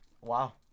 Wow